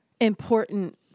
important